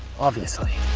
obviously.